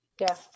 Yes